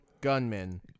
gunmen